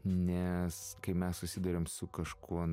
nes kai mes susiduriam su kažkuo